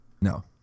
No